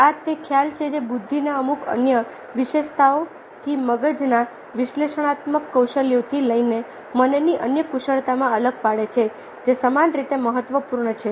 હવે આ તે ખ્યાલ છે જે બુદ્ધિને અમુક અન્ય વિશેષતાઓથી મગજના વિશ્લેષણાત્મક કૌશલ્યોથી લઈને મનની અન્ય કુશળતામાં અલગ પાડે છે જે સમાન રીતે મહત્વપૂર્ણ છે